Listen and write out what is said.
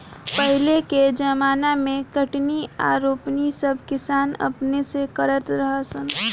पहिले के ज़माना मे कटनी आ रोपनी सब किसान अपने से करत रहा सन